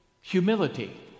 humility